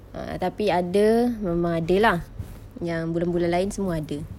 ah tapi ada memang ada lah yang bulan-bulan lain semua ada